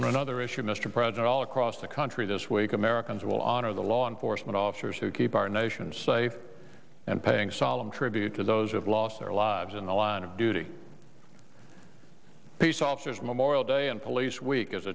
on another issue mr president all across the country this week americans will honor the law enforcement officers who keep our nation's safe and paying solemn tribute to those who've lost their lives in the line of duty peace officers memorial day and police week is